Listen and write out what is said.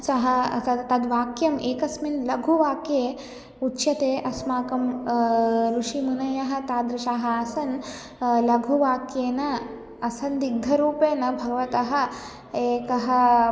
सः तद्वाक्यम् एकस्मिन् लघुवाक्ये उच्यते अस्माकं ऋरुषिमुनयः तादृशाः आसन् लघुवाक्येन असन्दिग्धरूपेण भवतः एकः